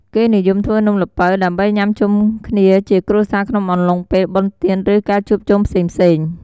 គេនិយមធ្វើនំល្ពៅ ដើម្បីញុាំជុំគ្នាជាគ្រួសារក្នុងអំឡុងពេលបុណ្យទាន ឬ ការជួបជុំផ្សេងៗ។